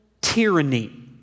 tyranny